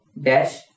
dash